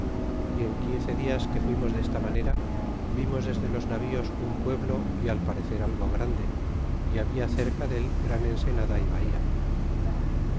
y parando yen quince dias que fuimos desta manera vimos desde los navíos un pueblo y al parecer algo grande y habla cerca dél gran ensenada y bahía